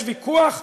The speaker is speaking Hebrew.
יש ויכוח,